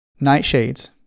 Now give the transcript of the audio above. nightshades